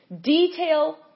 detail